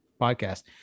podcast